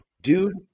Dude